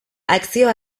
akzio